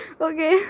Okay